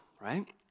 right